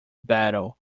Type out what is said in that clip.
battle